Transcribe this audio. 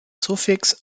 suffix